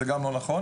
זה גם לא נכון,